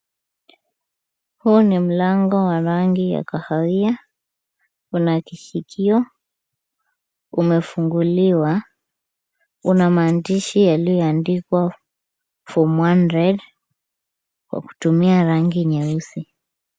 Huu ni mlango wa rangi ya kahawia. Una kishikio, umefunguliwa. Una maandishi yaliyoandikwa form one red kwa kutumia rangi nyeusi.